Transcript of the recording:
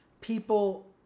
people